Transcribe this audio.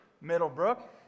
Middlebrook